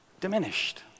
diminished